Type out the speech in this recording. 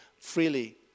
Freely